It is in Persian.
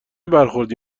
برخوردی